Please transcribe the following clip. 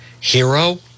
hero